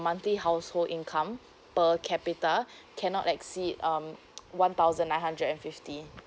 monthly household income per capita cannot exceed um one thousand nine hundred and fifty